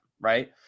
right